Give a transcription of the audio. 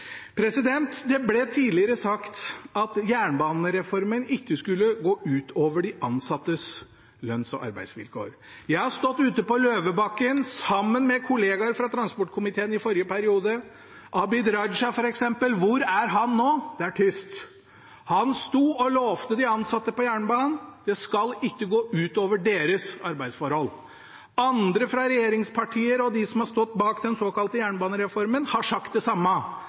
Det ble tidligere sagt at jernbanereformen ikke skulle gå ut over de ansattes lønns- og arbeidsvilkår. Jeg har stått ute på Løvebakken sammen med kollegaer fra transportkomiteen i forrige periode. Abid Raja, f.eks., hvor er han nå? Det er tyst. Han lovte de ansatte på jernbanen at det ikke skulle gå ut over deres arbeidsforhold. Andre fra regjeringspartiene og de som har stått bak den såkalte jernbanereformen, har sagt det samme.